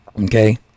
okay